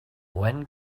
when